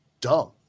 dumb